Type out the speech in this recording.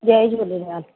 Jay Jhulelal